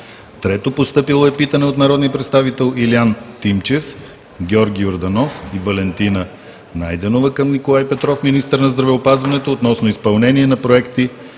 г. 3. Постъпило е питане от народните представители Илиян Тимчев, Георги Йорданов и Валентина Найденова към Николай Петров – министър на здравеопазването, относно изпълнение на проекти